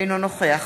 אינו נוכח